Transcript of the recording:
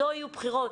לא יהיו בחירות,